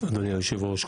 אדוני היושב ראש,